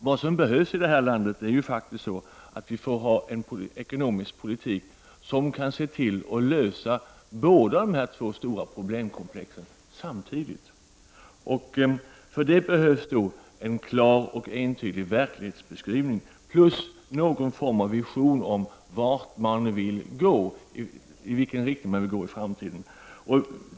Vad som behövs i det här landet är en ekonomisk politik som innebär att man kan lösa båda dessa stora problemkomplex samtidigt. För detta behövs det en klar och entydig verklighetsbeskrivning plus någon form av vision om i vilken riktning man vill gå i framtiden.